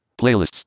Playlists